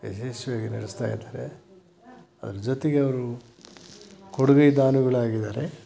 ಯಶಸ್ವಿಯಾಗಿ ನಡೆಸ್ತಾ ಇದ್ದಾರೆ ಅದ್ರ ಜೊತೆಗೆ ಅವರು ಕೊಡುಗೈ ದಾನಿಗಳಾಗಿದಾರೆ